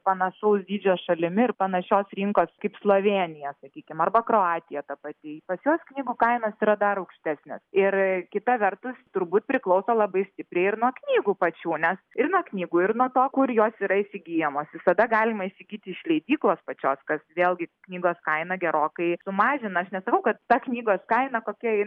panašaus dydžio šalimi ir panašios rinkos kaip slovėnija sakykim arba kroatija ta pati pas juos knygų kainos yra dar aukštesnės ir kita vertus turbūt priklauso labai stipriai ir nuo knygų pačių nes ir nuo knygų ir nuo to kur jos yra įsigyjamos visada galima įsigyti iš leidyklos pačios kas vėlgi knygos kainą gerokai sumažina aš nesakau kad ta knygos kaina kokia